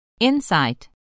Insight